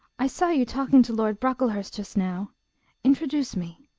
i saw you talking to lord brocklehurst just now introduce me.